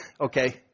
Okay